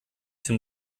dem